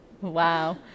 Wow